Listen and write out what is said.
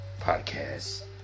podcast